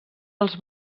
els